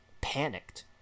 panicked